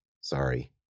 Sorry